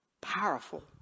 powerful